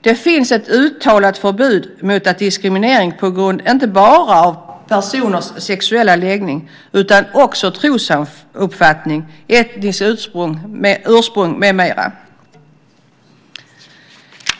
Det finns ett uttalat förbud mot att diskriminera på grund av inte bara personers sexuella läggning utan också trosuppfattning, etniskt ursprung med mera.